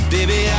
Baby